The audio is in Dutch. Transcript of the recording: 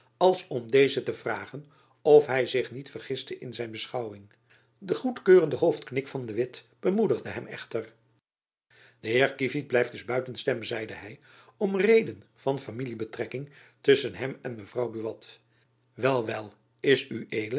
als om dezen te vragen of hy zich niet vergiste in zijn beschouwing de goedkeurende hoofdknik van de witt bemoedigde hem echter de heer kievit blijft dus buiten stem zeide hy om reden van familie betrekking tusschen hem en mevrouw buat wel wel is